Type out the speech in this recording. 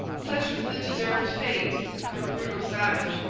such was the deserved fate of a brutal savage,